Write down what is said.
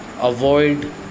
avoid